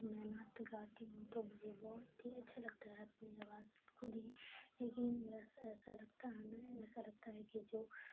میں نعت گاتی ہوں تو مجھے بہت ہی اچھا لگتا ہے اپنی آواز سب خود ہی لیکن ویسا ایسا لگتا ہے ایسا لگتا ہے کہ جو